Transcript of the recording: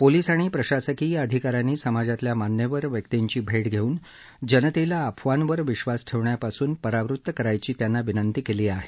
police आणि प्रशासकीय अधिका यांनी समाजातल्या मान्यवर व्यक्तींची भेट घेऊन जनतेला अफवांवर विश्वास ठेवण्यापासून परावृत्त करायची त्यांना विनंती केली आहे